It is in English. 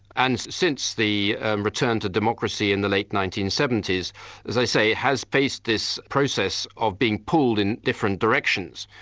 and since the return to democracy in the late nineteen seventy s, as i say, it has faced this process of being pulled in different directions,